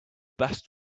best